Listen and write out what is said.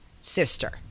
sister